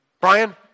Brian